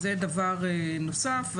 זה דבר נוסף.